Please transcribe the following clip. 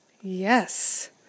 Yes